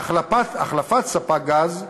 והחלפת ספק גז,